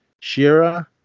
Shira